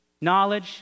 knowledge